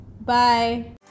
bye